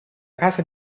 casa